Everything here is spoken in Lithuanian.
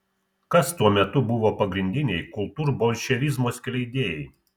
kas tuo metu buvo pagrindiniai kultūrbolševizmo skleidėjai